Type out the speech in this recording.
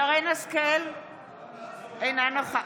(קוראת בשם חברת הכנסת) שרן מרים השכל,